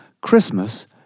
Christmas